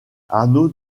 arnaud